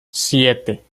siete